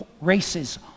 races